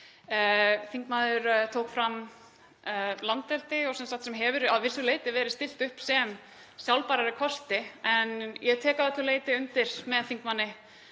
þingmaðurinn tók fram landeldi sem hefur að vissu leyti verið stillt upp sem sjálfbærari kosti. Ég tek að öllu leyti undir með þingmanni